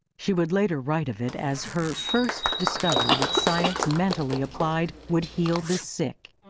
she would later write of it as her first discovery that science mentally applied would heal the sick.